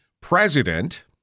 president